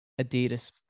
Adidas